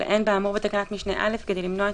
הגבלת